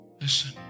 Listen